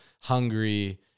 hungry